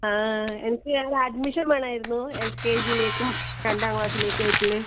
ആ എനിക്ക് രണ്ട് അഡ്മിഷൻ വേണമായിരുന്നു എൽ കെ ജിയിലേക്കും രണ്ടാം ക്ലാസ്സിലേക്കും ആയിട്ട് ഉള്ള